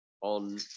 on